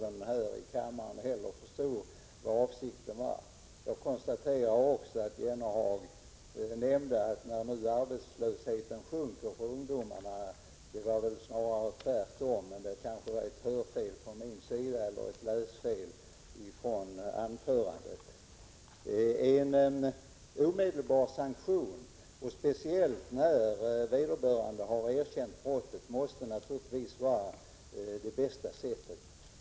Jag har mycket svårt att förstå det, och jag tror inte att någon annan här i kammaren heller förstod vad avsikten var. En omedelbar sanktion, speciellt när vederbörande har erkänt brottet, måste naturligtvis vara det bästa sättet.